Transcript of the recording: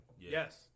Yes